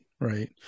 Right